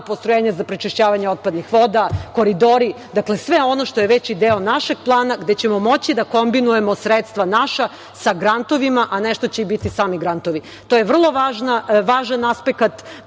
postrojenja za prečišćavanje otpadnih voda, koridori, dakle, sve ono što je veći deo našeg plana, gde ćemo moći da kombinujemo sredstva naša sa grantovima, a nešto će biti i sami grantovi. To je vrlo važan aspekt